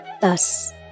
thus